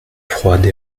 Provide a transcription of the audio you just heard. froide